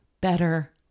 better